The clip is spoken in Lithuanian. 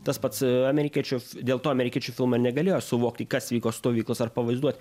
tas pats amerikiečių f dėl to amerikiečių filmai negalėjo suvokti kas vyko stovyklos ar pavaizduot